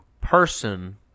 person